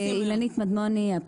ברשותך.